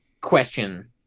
question